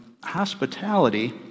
hospitality